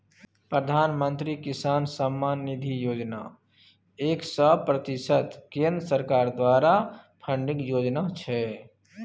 प्रधानमंत्री किसान सम्मान निधि योजना एक सय प्रतिशत केंद्र सरकार द्वारा फंडिंग योजना छै